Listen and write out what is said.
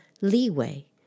leeway